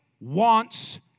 wants